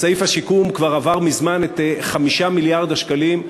סעיף השיקום כבר עבר מזמן את 5 מיליארד השקלים,